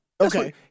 Okay